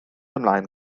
ymlaen